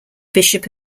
bishop